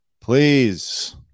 please